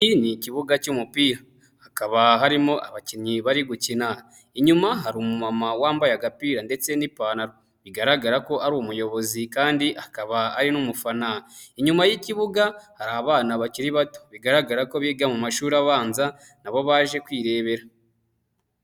Iki ni ikibuga cy'umupira hakaba harimo abakinnyi bari gukina, inyuma hari umumama wambaye agapira ndetse n'ipantaro bigaragara ko ari umuyobozi kandi akaba ari n'umufana, inyuma y'ikibuga hari abana bakiri bato bigaragara ko biga mu mashuri abanza na bo baje kwirebera.